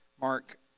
Mark